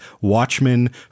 Watchmen